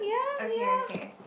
okay okay